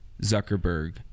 Zuckerberg